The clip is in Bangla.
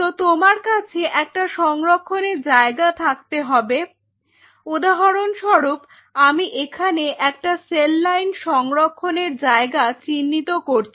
তো তোমার কাছে একটা সংরক্ষণের জায়গা থাকতে হবে উদাহরণস্বরূপ আমি এখানে একটা সেল লাইন সংরক্ষণের জায়গা চিহ্নিত করছি